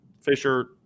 Fisher